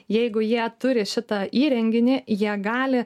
jeigu jie turi šitą įrenginį jie gali